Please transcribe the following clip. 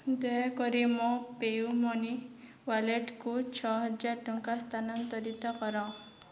ଦୟାକରି ମୋ PayU money ୱାଲେଟ୍କୁ ଛଅ ହଜାର ଟଙ୍କା ସ୍ଥାନାନ୍ତରିତ କର